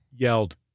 yelled